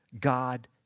God